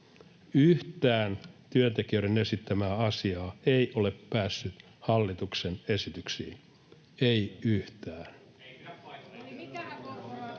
Yhtään työntekijöiden esittämää asiaa ei ole päässyt hallituksen esityksiin — ei yhtään.